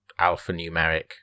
alphanumeric